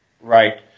Right